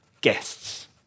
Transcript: guests